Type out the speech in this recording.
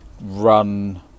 run